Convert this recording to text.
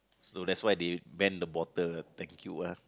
so that's why they ban the bottle thank you ah